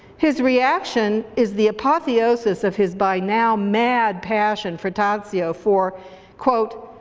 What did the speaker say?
his reaction is the apotheosis of his by now mad passion for tadzio for quote,